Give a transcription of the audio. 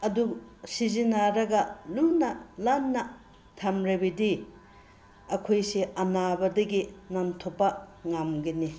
ꯑꯗꯨ ꯁꯤꯖꯤꯟꯅꯔꯒ ꯂꯨꯅ ꯅꯥꯟꯅ ꯊꯝꯂꯕꯗꯤ ꯑꯩꯈꯣꯏꯁꯦ ꯑꯅꯥꯕꯗꯒꯤ ꯉꯥꯛꯊꯣꯛꯄ ꯉꯝꯒꯅꯤ